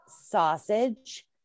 sausage